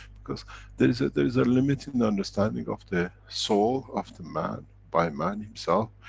because there is a, there is a limit in understanding of the soul of the man by man himself,